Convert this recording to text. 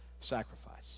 sacrifice